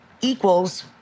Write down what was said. equals